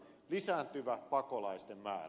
lisääntyvä pakolaisten määrä